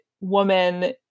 woman